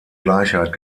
gleichheit